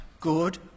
good